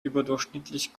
überdurchschnittlich